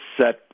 set